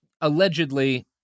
allegedly